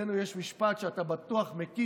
אצלנו יש משפט שאתה בטוח מכיר,